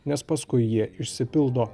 nes paskui jie išsipildo